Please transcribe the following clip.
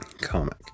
comic